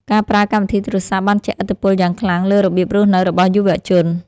ការប្រើកម្មវិធីទូរសព្ទ បានជះឥទ្ធិពលយ៉ាងខ្លាំងលើរបៀបរស់នៅរបស់យុវជន។